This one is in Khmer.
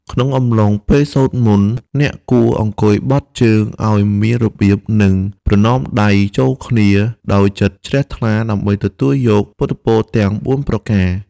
ក្នុងអំឡុងពេលសូត្រមន្ត អ្នកគួរអង្គុយបត់ជើងឱ្យមានរបៀប និងប្រណម្យដៃចូលគ្នាដោយចិត្តជ្រះថ្លាដើម្បីទទួលយកពុទ្ធពរទាំងបួនប្រការ។